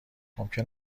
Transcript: ممکن